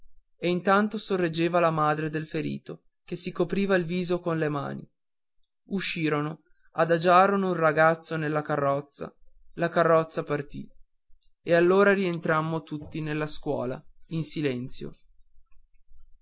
e intanto sorreggeva la madre del ferito che si copriva il viso con le mani uscirono adagiarono il ragazzo nella carrozza la carrozza partì e allora rientrammo tutti nella scuola in silenzio